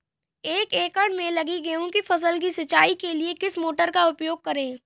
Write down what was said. एक एकड़ में लगी गेहूँ की फसल की सिंचाई के लिए किस मोटर का उपयोग करें?